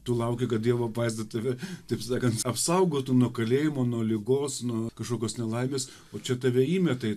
tu lauki kad dievo apvaizda tave taip sakant apsaugotų nuo kalėjimo nuo ligos nuo kažkokios nelaimės o čia tave įmeta į